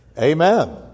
Amen